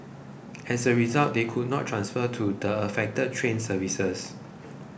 as a result they could not transfer to the affected train services